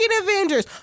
avengers